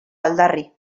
aldarri